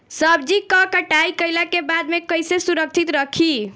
सब्जी क कटाई कईला के बाद में कईसे सुरक्षित रखीं?